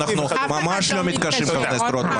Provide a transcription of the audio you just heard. אנחנו ממש לא מתקשים, חבר הכנסת רוטמן.